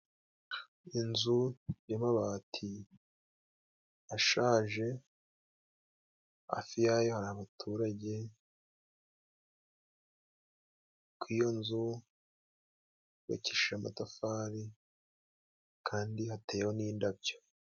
Inzu y'amabati ashaje hafi yayo hari abaturage ku iyo nzu yubakishije amatafari kandi hatewe n'indabyo.